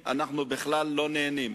אנחנו בכלל לא נהנים.